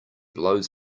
blows